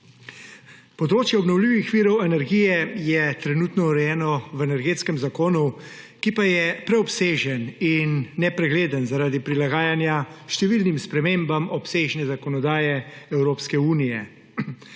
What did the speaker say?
Področje obnovljivih virov energije je trenutno urejeno v Energetskem zakonu, ki pa je preobsežen in nepregleden zaradi prilagajanja številnim spremembam obsežne zakonodaje Evropske unije.